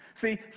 See